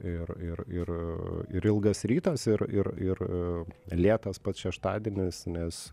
ir ir ir ir ilgas rytas ir ir ir lėtas pats šeštadienis nes